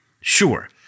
Sure